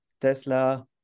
Tesla